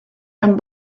and